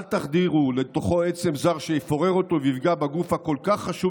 אל תחדירו לתוכו עצם זר שיפורר אותו ויפגע בגוף הכל-כך חשוב